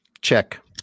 Check